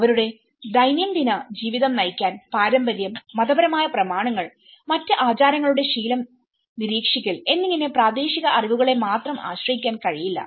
അവരുടെ ദൈനംദിന ജീവിതം നയിക്കാൻ പാരമ്പര്യം മതപരമായ പ്രമാണങ്ങൾ മറ്റ് ആചാരങ്ങളുടെ ശീലം നിരീക്ഷിക്കൽ എന്നിങ്ങനെ പ്രാദേശിക അറിവുകളെ മാത്രം ആശ്രയിക്കാൻ കഴിയില്ല